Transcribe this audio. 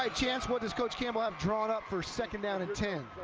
ah chance, what does coach campbell have drawn up for second down and ten?